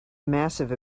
massive